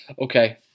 Okay